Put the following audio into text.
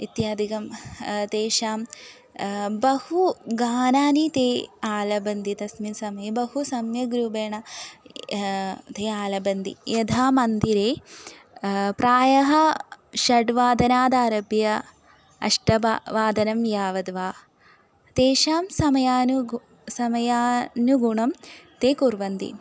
इत्यादिकं तेषां बहूनि गानानि ते आलपन्ति तस्मिन् समये बहु सम्यग्रूपेण ते आलपन्ति यदा मन्दिरे प्रायः षड्वादनादारभ्य अष्टवादनं यावद्वा तेषां समयानुगुणं समयानुगुणं ते कुर्वन्ति